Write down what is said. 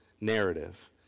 narrative